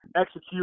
execute